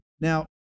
now